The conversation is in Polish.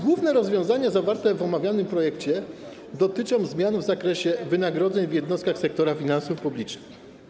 Główne rozwiązania zawarte w omawianym projekcie dotyczą zmian w zakresie wynagrodzeń w jednostkach sektora finansów publicznych.